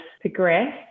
progress